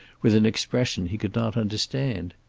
with an expression he could not understand.